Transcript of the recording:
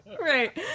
Right